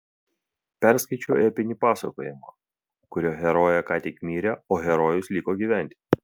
perskaičiau epinį pasakojimą kurio herojė ką tik mirė o herojus liko gyventi